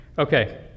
Okay